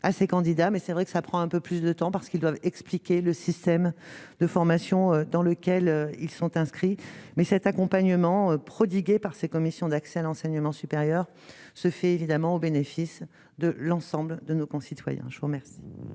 à ces candidats, mais c'est vrai que ça prend un peu plus de temps parce qu'ils doivent expliquer le système de formation dans lequel ils sont inscrits, mais cet accompagnement prodigué par ces commissions d'accès à l'enseignement supérieur se fait évidemment au bénéfice de l'ensemble de nos concitoyens, je vois bien.